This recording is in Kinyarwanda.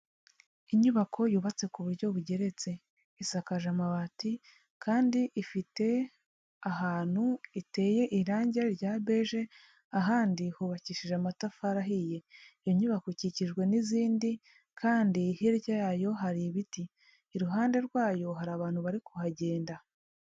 Inyubako yubatse ku buryo bugeretse, isakaje amabati kandi ifite ahantu iteye irangi rya beje, ahandi hubakishije amatafari ahiye. Iyo nyubako ikikijwe n'izindi kandi hirya yayo hari ibiti, iruhande rwayo hari abantu bari kuhagenda.